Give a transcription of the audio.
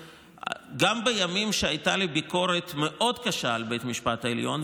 גם בימים שבהם הייתה לי ביקורת מאוד קשה על בית המשפט העליון,